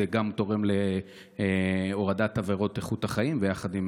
זה גם תורם להורדת עבירות איכות החיים יחד עם